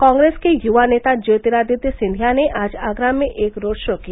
कॉगेस के युवा नेता ज्योतिरादित्य सिंधिया ने आज आगरा में एक रोड शो किया